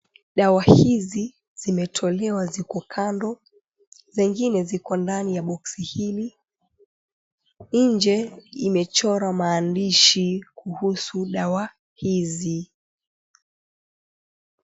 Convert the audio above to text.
Dawa hizi zimetolewa ziko kando, zingine ziko ndani ya box hili, nje imechorwa maandishi kuhusu dawa hizi.